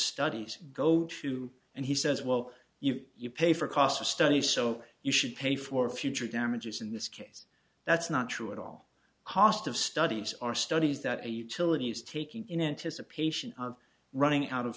studies go to and he says well if you pay for cost of study so you should pay for future damages in this case that's not true at all cost of studies are studies that a utility is taking in anticipation of running out of